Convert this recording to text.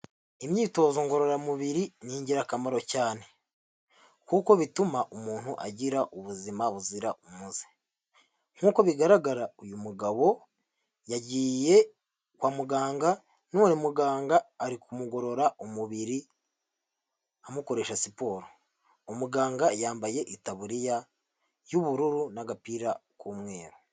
Imyitozo ngororamubiri ni ingirakamaro cyane kuko bituma umuntu agira ubuzima buzira umuze nk'uko bigaragara uyu mugabo yagiye kwa muganga none muganga ari kumugorora umubiri amukoresha siporo, umuganga yambaye itaburiya y'ubururu n'agapira k'umweru.